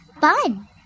fun